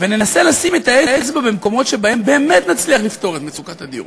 וננסה לשים את האצבע במקומות שבהם באמת נצליח לפתור את מצוקת הדיור.